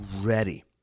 ready